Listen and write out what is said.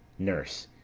nurse.